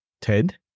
Ted